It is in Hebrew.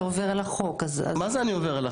עובר על החוק --- מה זה אני עובר על החוק?